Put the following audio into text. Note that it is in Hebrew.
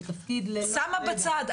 לתפקיד ללא --- אני שמה בצד,